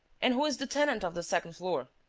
and who is the tenant of the second floor?